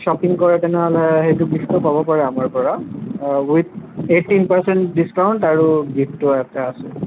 shopping কৰে তেনেহ'লে সেইটো গিফ্টো পাব পাৰে আমাৰ পৰা ওইথ এইটিণ্ট পাৰ্চেণ্ট ডিচকাউণ্ট আৰু গিফ্টো এটা আছে